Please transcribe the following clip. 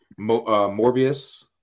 morbius